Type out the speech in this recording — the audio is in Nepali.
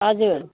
हजुर